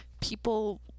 people